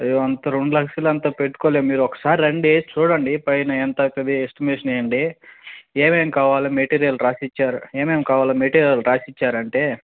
అయ్యో అంత రెండు లక్షలంత పెట్టుకోలేము మీరొక్కసారి రండి చూడండి పైన ఎంత అవుతుంది ఎస్టిమేషన్ వెయ్యండీ ఏమేమి కావాలో మెటీరియల్ రాసిచ్చారు ఏమేమి కావాలో మెటీరియల్ రాసిచ్చారంటే